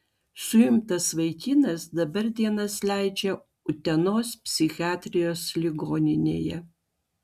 suimtas vaikinas dabar dienas leidžia utenos psichiatrijos ligoninėje